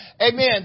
Amen